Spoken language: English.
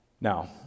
Now